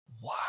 Wow